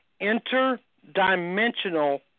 Interdimensional